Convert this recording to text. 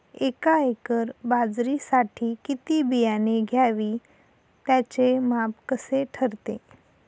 एका एकर बाजरीसाठी किती बियाणे घ्यावे? त्याचे माप कसे ठरते?